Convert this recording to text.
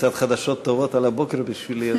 קצת חדשות טובות על הבוקר בשבילי.